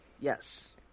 Yes